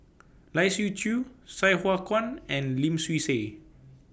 Lai Siu Chiu Sai Hua Kuan and Lim Swee Say